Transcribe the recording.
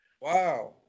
Wow